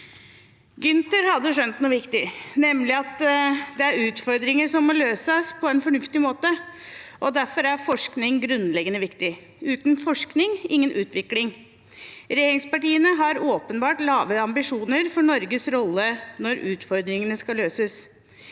Gynter har skjønt noe viktig, nemlig at utfordringer må løses på en fornuftig måte, og derfor er forskning grunnleggende viktig. Uten forskning, ingen utvikling. Regjeringspartiene har åpenbart lave ambisjoner for Norges rolle når utfordringene skal løses.